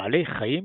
בעלי חיים,